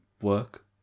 work